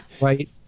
right